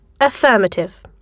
Affirmative